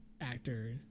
actor